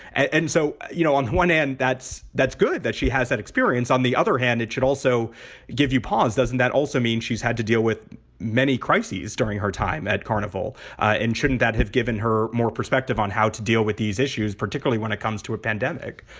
and so, you know, on one end, that's that's good that she has that experience. on the other hand, it should also give you pause. doesn't that also mean she's had to deal with many crises during her time at carnival? and shouldn't that have given her more perspective on how to deal with these issues, particularly when it comes to a pandemic?